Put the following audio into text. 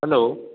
hello